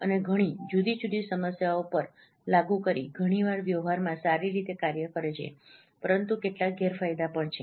અને ઘણી જુદી જુદી સમસ્યાઓ પર લાગુ કરી ઘણીવાર વ્યવહારમાં સારી રીતે કાર્ય કરે છે પરંતુ કેટલાક ગેરફાયદા પણ છે